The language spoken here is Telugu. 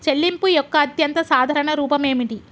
చెల్లింపు యొక్క అత్యంత సాధారణ రూపం ఏమిటి?